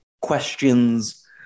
questions